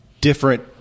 different